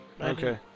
Okay